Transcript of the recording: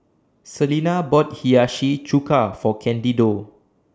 Selena bought Hiyashi Chuka For Candido